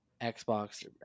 Xbox